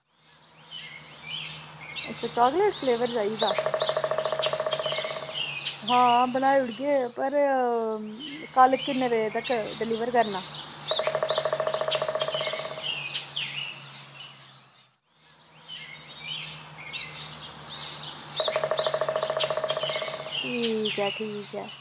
अच्छा chocolate flavour चाहिदा हां बनाई ओड़गे पर कल्ल किन्ने बजे तगर डिलीवर करना ठीक ऐ ठीक ऐ